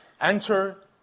enter